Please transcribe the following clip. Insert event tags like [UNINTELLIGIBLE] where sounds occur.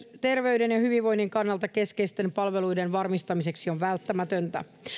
[UNINTELLIGIBLE] terveyden ja hyvinvoinnin kannalta keskeisten palveluiden varmistamiseksi on välttämätöntä